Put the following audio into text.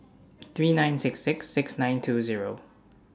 three nine six six six nine two Zero